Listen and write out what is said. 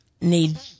need